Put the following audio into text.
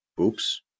Oops